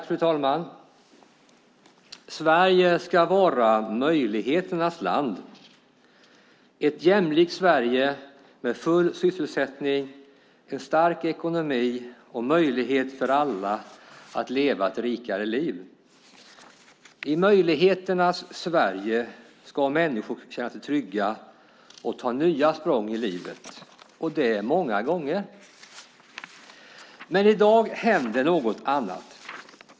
Fru talman! Sverige ska vara möjligheternas land, ett jämlikt Sverige med full sysselsättning, stark ekonomi och möjlighet för alla att leva ett rikare liv. I möjligheternas Sverige ska människor känna sig trygga och ta nya språng i livet - och det många gånger. I dag händer något annat.